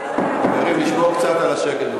חברים, לשמור קצת על השקט.